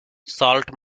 salt